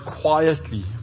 quietly